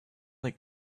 like